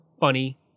funny